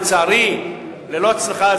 לצערי ללא הצלחה,